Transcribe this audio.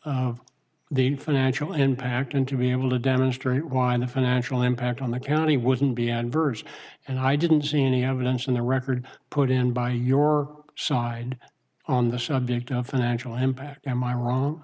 of the financial impact and to be able to demonstrate why the financial impact on the county wouldn't be and birds and i didn't see any evidence in the record put in by your side on the subject of financial impact am i wrong